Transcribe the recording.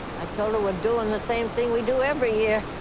i told her we're doing the same thing we do every year.